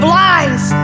lies